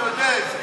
אתה יודע את זה.